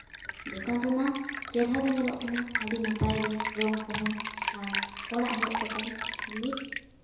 ᱫᱚᱠᱟᱱ ᱨᱮᱢᱟ ᱪᱮᱦᱨᱟ ᱜᱮ ᱧᱮᱞᱚᱜ ᱠᱟᱱᱟ ᱟᱹᱰᱤ ᱱᱟᱯᱟᱭ ᱜᱮ ᱨᱚᱝ ᱠᱚᱦᱚᱸ ᱟᱨ ᱚᱲᱟᱜ ᱦᱮᱡ ᱠᱟᱛᱮᱫ ᱢᱤᱫ